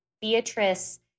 Beatrice